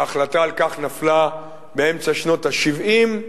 ההחלטה על כך נפלה באמצע שנות ה-70,